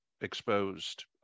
exposed